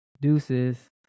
deuces